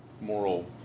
moral